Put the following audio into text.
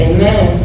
Amen